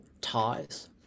ties